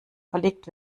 verlegt